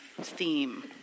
theme